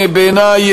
בעיני,